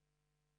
"ספקי שירותים".